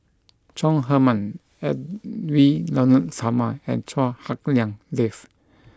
Chong Heman Edwy Lyonet Talma and Chua Hak Lien Dave